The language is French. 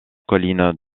collines